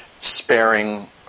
sparing